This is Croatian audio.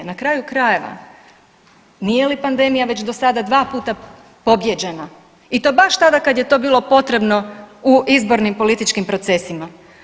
Na kraju krajeva, nije li pandemija već do sada dva puta pobijeđena i to baš tada kada je to bilo potrebno u izbornim političkim procesima.